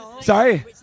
Sorry